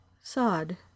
sod